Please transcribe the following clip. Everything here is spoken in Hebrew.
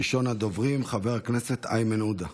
ראשון הדוברים, חבר הכנסת איימן עודה.